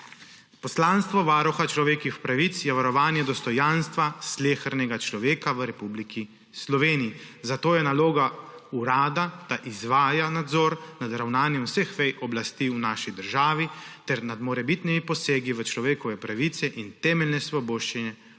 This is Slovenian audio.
Poslanstvo Varuha človekovih pravic je varovanje dostojanstva slehernega človeka v Republiki Sloveniji. Zato je naloga urada, da izvaja nadzor nad ravnanjem vseh vej oblasti v naši državi ter nad morebitnimi posegi v človekove pravice in temeljne svoboščine